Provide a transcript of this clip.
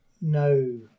no